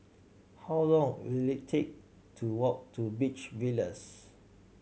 how long will it take to walk to Beach Villas